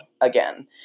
again